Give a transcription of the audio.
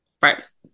first